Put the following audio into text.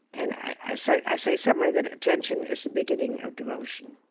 and i say i say somewhere that attention is the beginning of devotion,